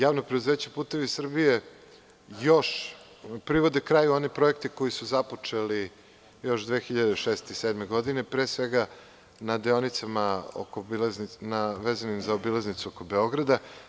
Javno preduzeće „Putevi Srbije“ još privode kraju one projekte koji su započeli još 2006/2007. godine, pre svega na deonicama vezanim za obilaznicu oko Beograda.